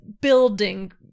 building